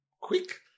quick